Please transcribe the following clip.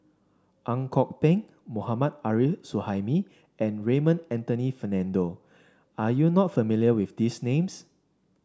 Ang Kok Peng Mohammad Arif Suhaimi and Raymond Anthony Fernando are you not familiar with these names